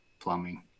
plumbing